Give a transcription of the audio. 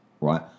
Right